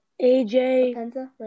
AJ